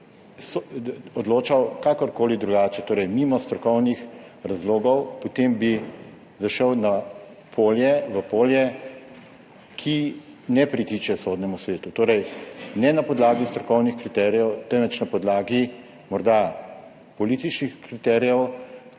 odločal kakorkoli drugače, torej mimo strokovnih razlogov, potem bi zašel v polje, ki ne pritiče Sodnemu svetu, torej ne na podlagi strokovnih kriterijev, temveč na podlagi morda političnih kriterijev